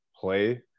play